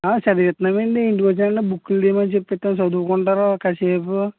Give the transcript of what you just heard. చదివితున్నామండీ ఇంటికి వచ్చినాక బుక్కులు తీయమని చెప్పిత్తాం చదువుకుంటారు కాసేపు